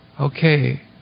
Okay